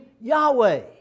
Yahweh